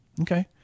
Okay